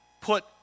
put